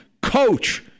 coach